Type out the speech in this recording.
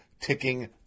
ticking